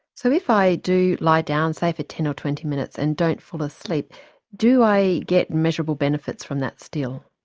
so if i do lie down say for ten or twenty minutes and don't fall asleep do i get measurable benefits from that still?